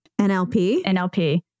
NLP